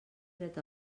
dret